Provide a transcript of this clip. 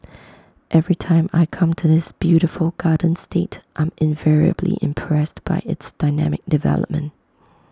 every time I come to this beautiful garden state I'm invariably impressed by its dynamic development